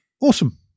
Awesome